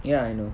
ya I know